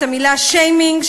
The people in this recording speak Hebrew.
את המילה שיימינג,